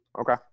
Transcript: Okay